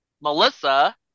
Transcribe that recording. Melissa